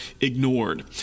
ignored